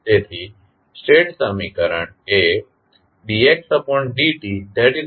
તેથી સ્ટેટ સમીકરણ એ dxdtaxtbrt છે